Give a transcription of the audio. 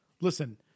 listen